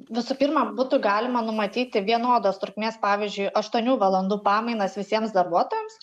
visų pirma būtų galima numatyti vienodos trukmės pavyzdžiui aštuonių valandų pamainas visiems darbuotojams